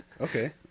Okay